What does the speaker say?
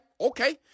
Okay